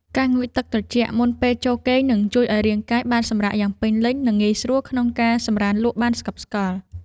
ការងូតទឹកត្រជាក់មុនពេលចូលគេងនឹងជួយឱ្យរាងកាយបានសម្រាកយ៉ាងពេញលេញនិងងាយស្រួលក្នុងការសម្រាន្តលក់បានស្កប់ស្កល់។